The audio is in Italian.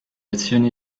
azioni